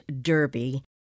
Derby